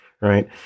right